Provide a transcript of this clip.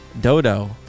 Dodo